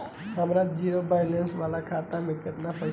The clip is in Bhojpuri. हमार जीरो बैलेंस वाला खाता में केतना पईसा बा?